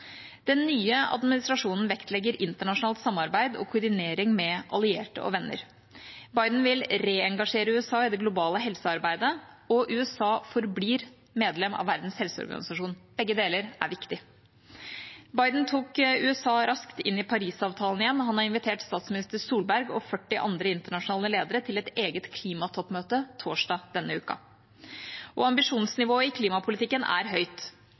Den nye administrasjonen vektlegger internasjonalt samarbeid og koordinering med allierte og venner. Biden vil reengasjere USA i det globale helsearbeidet, og USA forblir medlem av Verdens helseorganisasjon. Begge deler er viktig. Biden tok USA raskt inn i Parisavtalen igjen, og han har invitert statsminister Solberg og 40 andre internasjonale ledere til et eget klimatoppmøte torsdag denne uka. Og ambisjonsnivået i klimapolitikken er høyt.